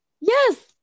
Yes